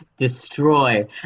Destroy